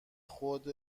خود